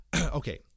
Okay